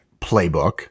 playbook